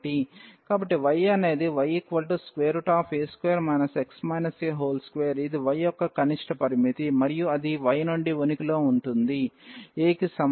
కాబట్టి y అనేది ya2 x a2 ఇది y యొక్క కనిష్ట పరిమితి మరియు అది y నుండి ఉనికిలో ఉంటుంది a కి సమానం